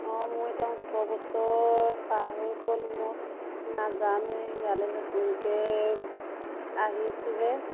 অঁ মোৰ এতিয়া ওঠৰ বছৰ পাৰ হৈ গ'ল মই নাজানো ইয়ালৈ নতুনকৈ আহিছোঁহে